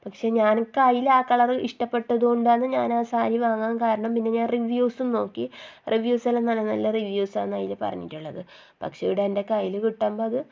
പക്ഷേ ഞാനിപ്പം അതിൽ ആ കളർ ഇഷ്ടപെട്ടതുകൊണ്ടാണ് ഞാൻ ആ സാരി വാങ്ങാൻ കാരണം പിന്നെ ഞാൻ റിവ്യൂസും നോക്കി റിവ്യൂസ് എല്ലാം നല്ല നല്ല റിവ്യൂസ് ആണ് അതിൽ പറഞ്ഞിട്ടുള്ളത് പക്ഷേ ഇവിടെ എൻ്റെ കയ്യിൽ കിട്ടുമ്പോൾ അത്